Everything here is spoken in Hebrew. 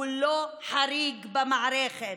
הוא לא חריג במערכת.